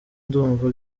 ndumva